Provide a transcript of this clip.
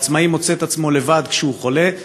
העצמאי מוצא את עצמו לבד כשהוא חולה.